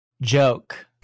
joke